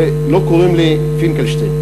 ולא קוראים לי פינקלשטיין,